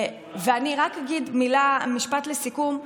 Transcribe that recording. אני אגיד משפט לסיכום.